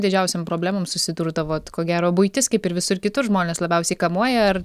didžiausiom problemom susidurdavot ko gero buitis kaip ir visur kitur žmones labiausiai kamuoja ar